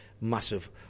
massive